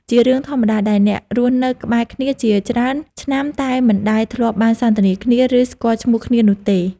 ជារឿងធម្មតាដែលអ្នករស់នៅក្បែរគ្នាជាច្រើនឆ្នាំតែមិនដែលធ្លាប់បានសន្ទនាគ្នា ឬស្គាល់ឈ្មោះគ្នានោះទេ។